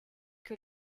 que